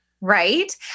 Right